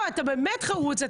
אתה באמת חרוץ.